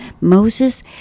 Moses